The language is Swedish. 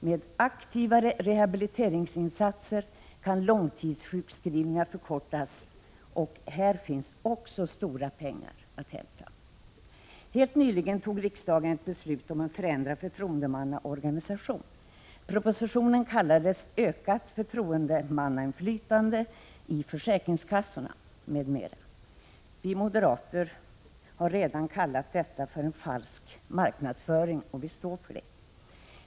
Med aktivare rehabiliteringsinsatser kan långtidssjukskrivningarna förkortas, och här finns också stora pengar att hämta. Helt nyligen tog riksdagen ett beslut om en förändrad förtroendemannaorganisation. Propositionen benämndes Ökat förtroendemannainflytande i försäkringskassorna m.m. Vi moderater har redan kallat detta falsk marknadsföring, och vi står för det.